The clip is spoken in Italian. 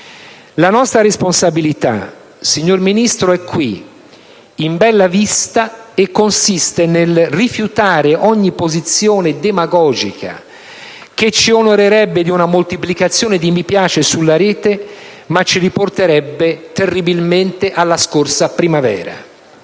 La nostra responsabilità, signor Ministro, è qui, in bella vista e consiste nel rifiutare ogni posizione demagogica, che ci onorerebbe di una moltiplicazione di «mi piace» sulla Rete, ma che ci riporterebbe, terribilmente, alla scorsa primavera.